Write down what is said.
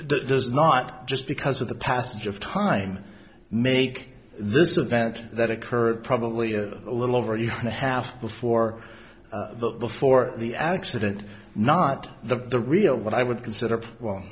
es not just because of the passage of time make this event that occurred probably a little over a year and a half before the before the accident not the real what i would consider